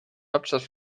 hauptstadt